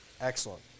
Excellent